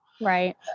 Right